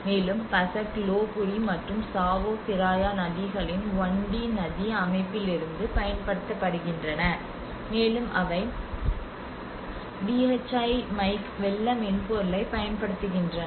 மேலும் Pasak Lopburi மற்றும் Chao Phraya நதிகளின் 1 டி நதி அமைப்பிலிருந்து பயன்படுத்தப்படுகின்றன மேலும் அவை டி ஹச் ஐ மைக் வெள்ள மென்பொருளைப் பயன்படுத்துகின்றன